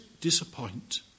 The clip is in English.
disappoint